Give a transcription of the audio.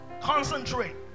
concentrate